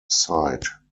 site